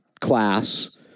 class